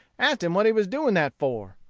asked him what he was doing that for?